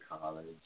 college